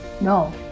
no